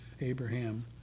Abraham